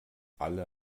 alle